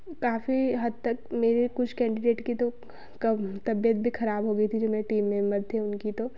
काफ़ी हद तक मेरी कुछ कैंडिडेट कि तबियत भी खराब हो गई थी जो मेरे टीम मेम्बर थे उनकी तो